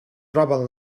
troben